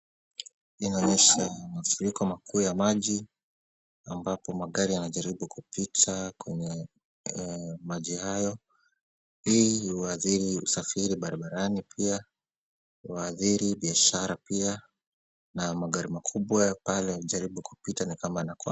Hii inaonyesha mafuriko makuu ya maji ambapo magari yanajaribu kupita kwenye maji hayo. Hii huathiri usafiri barabarani pia na huadhiri biashara pia na magari makubwa pale makubwa yanajaribu kupita yanakwama.